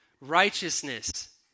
Righteousness